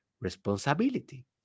responsibility